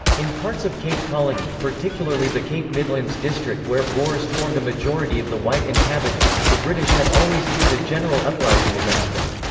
in parts of cape colony, particularly the cape midlands district where boers formed a majority of the white inhabitants, the british had always feared a general uprising against them.